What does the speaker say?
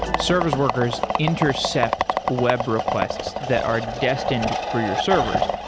service workers intercept web requests that are destined for your servers.